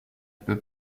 peut